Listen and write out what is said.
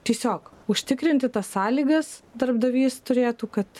tiesiog užtikrinti tas sąlygas darbdavys turėtų kad